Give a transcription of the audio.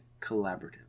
collaborative